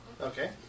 Okay